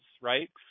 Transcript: right